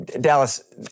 Dallas